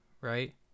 Right